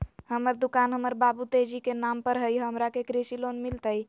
हमर दुकान हमर बाबु तेजी के नाम पर हई, हमरा के कृषि लोन मिलतई?